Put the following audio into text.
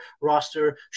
roster